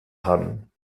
haben